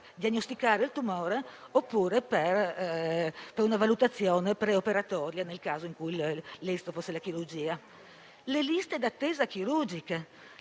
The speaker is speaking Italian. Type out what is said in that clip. diagnosticare il tumore, oppure per una valutazione preoperatoria, nel caso in cui l'esito fosse la chirurgia. Le liste d'attesa chirurgiche